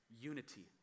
Unity